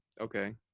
Okay